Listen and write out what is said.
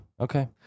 Okay